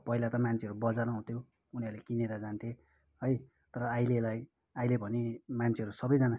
पहिला त मान्छेहरू बजार आउँथ्यो उनीहरूले किनेर जान्थे है तर अहिलेलाई अहिले भने मान्छेहरू सबैजना